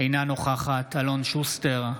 אינה נוכחת אלון שוסטר,